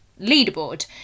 leaderboard